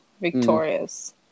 victorious